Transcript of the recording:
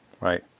Right